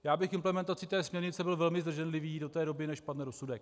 Já bych k implementaci té směrnice byl velmi zdrženlivý do té doby, než padne rozsudek.